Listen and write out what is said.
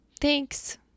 Thanks